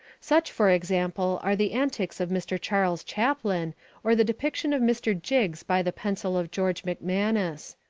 such, for example, are the antics of mr. charles chaplin or the depiction of mr. jiggs by the pencil of george mcmanus.